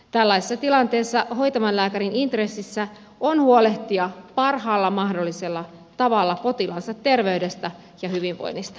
tällaisessa tilanteessa hoitavan lääkärin intressissä on huolehtia parhaalla mahdollisella tavalla potilaansa terveydestä ja hyvinvoinnista